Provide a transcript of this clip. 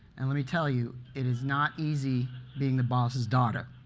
and let me tell you, it is not easy being the boss's daughter,